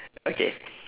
okay